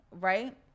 right